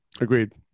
Agreed